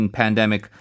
pandemic